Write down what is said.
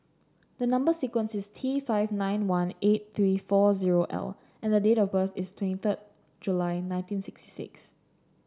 the number sequence is T five nine one eight three four zero L and the date of birth is twenty third July nineteen sixty six